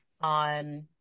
on